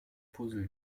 puzzle